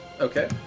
Okay